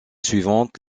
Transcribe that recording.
suivante